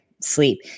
sleep